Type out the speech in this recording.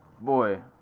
boy